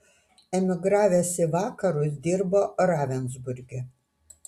emigravęs į vakarus dirbo ravensburge